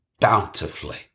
bountifully